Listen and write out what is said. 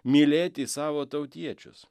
mylėti savo tautiečius